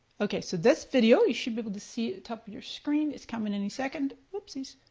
okay, so this video, you should be able to see top of your screen, it's coming any second, whoopsies.